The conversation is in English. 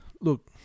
look